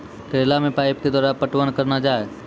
करेला मे पाइप के द्वारा पटवन करना जाए?